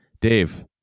Dave